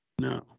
no